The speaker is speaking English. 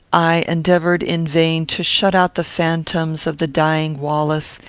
i endeavoured, in vain, to shut out the phantoms of the dying wallace,